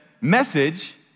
message